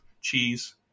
cheese